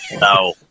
No